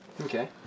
Okay